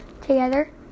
together